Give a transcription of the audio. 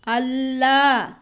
ಅಲ್ಲ